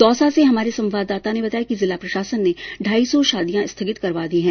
दौसा से हमारे संवाददाता ने बताया कि जिला प्रशासन ने ढाई सौ शादियां स्थिगित करवा दी है